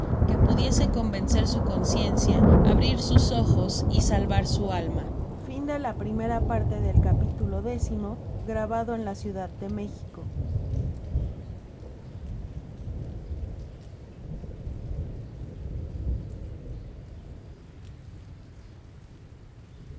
que pudiese convencer su conciencia abrir sus ejos y salvar su alma